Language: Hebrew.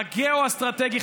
הגיאו-אסטרטגי,